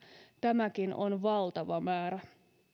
tämäkin on valtava määrä